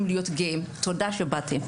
תודה שבאתם.